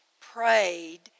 prayed